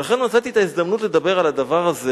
ולכן מצאתי את ההזדמנות לדבר על הדבר הזה.